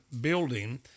building